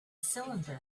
cylinder